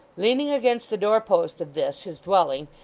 leaning against the door-post of this, his dwelling,